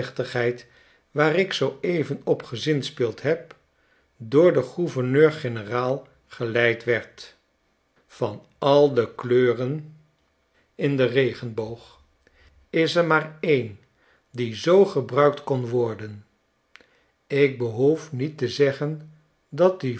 waar ik zoo even op gezinspeeld heb door den gouverneur-generaal geleid werd van al de kleuren in den regenboog is er maar een die zoo gebruikt kon worden ik behoef niet te zeggen dat die